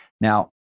Now